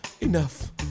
Enough